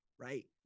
right